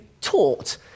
taught